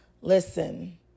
Listen